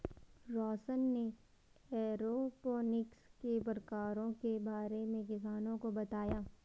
रौशन ने एरोपोनिक्स के प्रकारों के बारे में किसानों को बताया